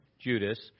Judas